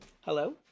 Hello